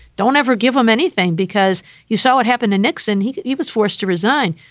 don't ever give him anything because you saw what happened to nixon. he he was forced to resign.